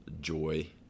joy